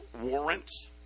warrants